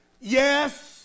Yes